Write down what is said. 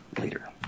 later